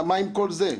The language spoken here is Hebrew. מה עם כל זה?